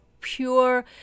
pure